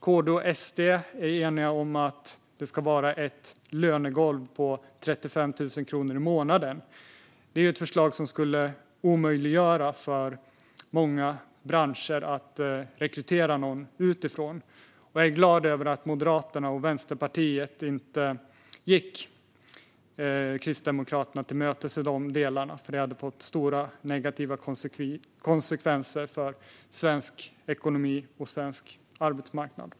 KD och SD är eniga om att det ska vara ett lönegolv på 35 000 kronor i månaden. Det är ett förslag som skulle omöjliggöra för många branscher att rekrytera någon utifrån. Jag är glad över att Moderaterna och Västerpartiet inte gick Kristdemokraterna till mötes i de delarna, för det hade fått stora negativa konsekvenser för svensk ekonomi och svensk arbetsmarknad.